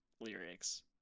lyrics